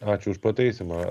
ačiū už pataisymą